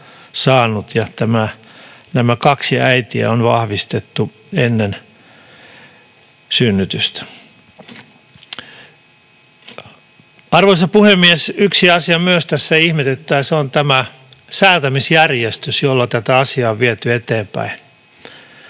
ja jolle kaksi äitiä on vahvistettu ennen synnytystä. Arvoisa puhemies! Yksi asia tässä myös ihmetyttää, ja se on tämä säätämisjärjestys, jolla tätä asiaa on viety eteenpäin.